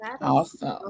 Awesome